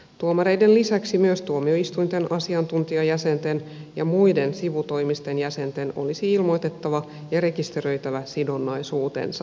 tuomareiden lisäksi myös tuomioistuinten asiantuntijajäsenten ja muiden sivutoimisten jäsenten olisi ilmoitettava ja rekisteröitävä sidonnaisuutensa